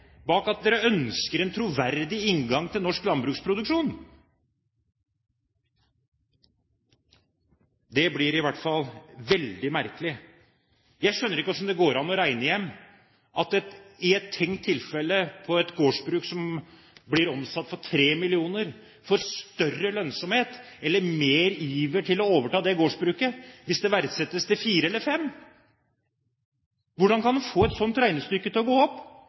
blir i hvert fall veldig merkelig. Jeg skjønner ikke hvordan det går an å regne ut at et gårdsbruk som blir omsatt for 3 mill. kr, i et tenkt tilfelle, gir større lønnsomhet eller mer iver til å overta det gårdsbruket hvis det verdsettes til 4 eller 5 mill. kr. Hvordan kan en få et sånt regnestykke til å gå opp?